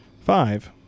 Five